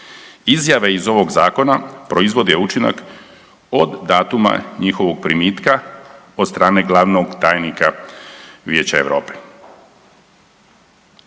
Izjave iz ovog Zakona proizvode učinak od datuma njihovog primitka od strane glavnog tajnika Vijeća Europe.